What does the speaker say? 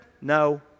No